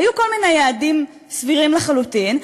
היו כל מיני יעדים סבירים לחלוטין,